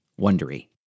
Wondery